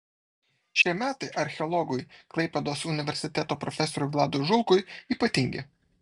šie metai archeologui klaipėdos universiteto profesoriui vladui žulkui ypatingi